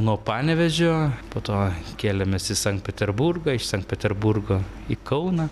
nuo panevėžio po to kėlėmės į sankt peterburgą iš sankt peterburgo į kauną